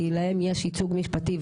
כי להם יש ייצוג משפטי,